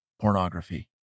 pornography